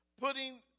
putting